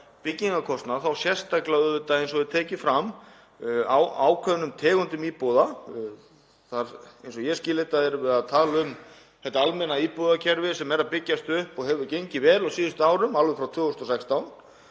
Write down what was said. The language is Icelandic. byggingarkostnað, þá sérstaklega auðvitað, eins og hefur verið tekið fram, á ákveðnum tegundum íbúða. Eins og ég skil þetta erum við að tala um þetta almenna íbúðakerfi sem er að byggjast upp og hefur gengið vel á síðustu árum, alveg frá 2016,